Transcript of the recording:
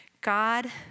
God